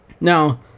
now